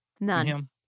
None